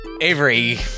Avery